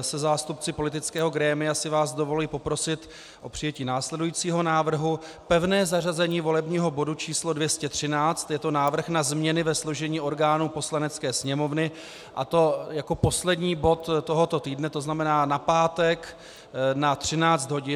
se zástupci politického grémia si vás dovoluji poprosit o přijetí následujícího návrhu: pevné zařazení volebního bodu č. 213, je to Návrh na změny ve složení orgánů Poslanecké sněmovny, a to jako poslední bod tohoto týdne, to znamená na pátek na 13 30 hodin.